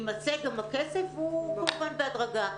יימצא גם הכסף והוא יוכוון בהדרגה.